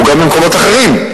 הוא גם במקומות אחרים,